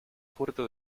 puerto